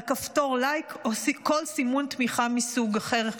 כפתור לייק או כל סימון תמיכה מסוג אחר.